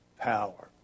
power